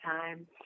time